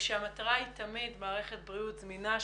המטרה היא תמיד מערכת בריאות זמינה,